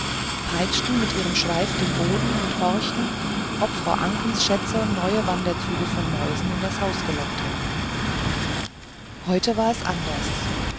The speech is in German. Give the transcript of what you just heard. peitschten mit ihrem schweif den boden und horchten ob frau ankens schätze neue wanderzüge von mäusen in das haus gelockt hätten heute war es anders